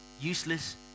useless